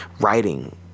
writing